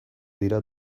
dira